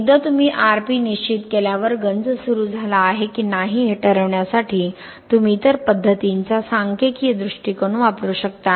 एकदा तुम्ही Rp निश्चित केल्यावर गंज सुरू झाला आहे की नाही हे ठरवण्यासाठी तुम्ही इतर पद्धतींचा सांख्यिकीय दृष्टिकोन वापरू शकता